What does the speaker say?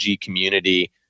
community